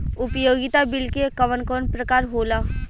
उपयोगिता बिल के कवन कवन प्रकार होला?